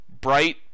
bright